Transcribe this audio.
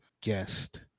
guest